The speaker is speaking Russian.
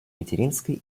материнской